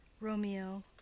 Romeo